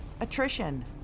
attrition